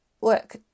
work